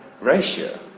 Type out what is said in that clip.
ratio